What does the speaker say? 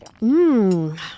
Mmm